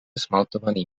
smaltovaný